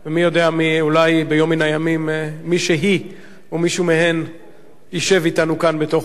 אולי ביום מן הימים מישהי או מישהו מהם ישב אתנו כאן בתוך אולם המליאה.